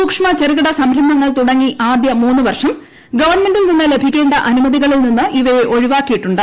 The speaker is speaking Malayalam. സൂക്ഷ്മ ചെറുകിട സംരംഭങ്ങൾ തുടങ്ങി ആദ്യം മൂന്ന് വർഷം ഗവൺമെന്റിൽ നിന്ന് ലഭിക്കേണ്ട അനുമതികളിൽ നിന്ന് ഇവയെ ഒഴിവാക്കിയിട്ടുണ്ട്